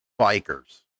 bikers